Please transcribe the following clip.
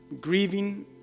Grieving